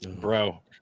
bro